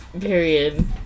Period